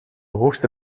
hoogste